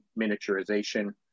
miniaturization